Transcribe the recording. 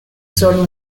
solo